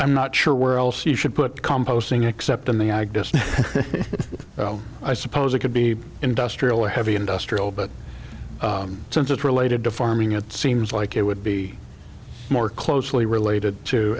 i'm not sure where else you should put composting except in the i guess i suppose it could be industrial heavy industrial but since it's related to farming it seems like it would be more closely related to